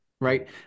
right